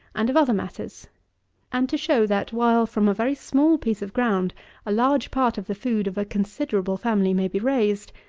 and of other matters and to show, that, while, from a very small piece of ground a large part of the food of a considerable family may be raised,